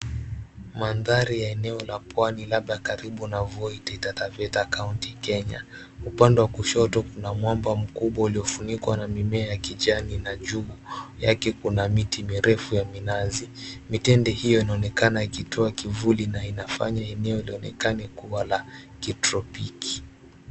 Mandhari ya eneo la pwani labda karibu na Voi, itatafuta kaunti Kenya. Upande wa kushoto kuna mwamba mkubwa uliofunikwa na mimea ya kijani na juu yake kuna miti mirefu ya minazi. Mitende hiyo inaonekana ikitoa kivuli na inafanya eneo lionekana kuwa la kitropiki.